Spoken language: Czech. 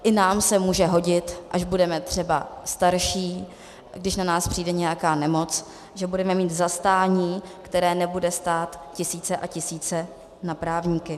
I nám se může hodit, až budeme třeba starší, když na nás přijde nějaká nemoc, že budeme mít zastání, které nebude stát tisíce a tisíce na právníky.